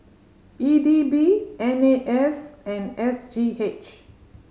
E D B N A S and S G H